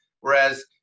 Whereas